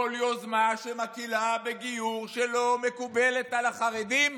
כל יוזמה שמתחילה בגיור שלא מקובלת על החרדים,